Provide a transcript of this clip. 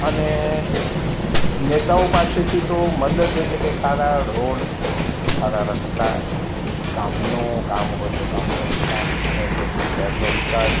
અને નેતાઓ પાસેથી તો મદદ એટલે કે સારા રોડ સારા રસ્તા ગામનો ગામ હોય તો ગામનો વિકાસ શહેર હોય શહેરનો વિકાસ